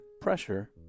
pressure